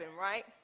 right